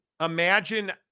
imagine